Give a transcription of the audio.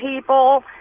people